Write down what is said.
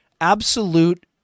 absolute